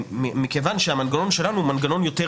ומכיוון שהמנגנון שלנו הוא מנגנון מתון יותר,